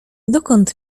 dokąd